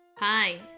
Hi